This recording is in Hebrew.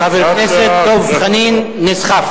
גני-ילדים, חבר הכנסת דב חנין נסחף.